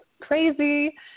crazy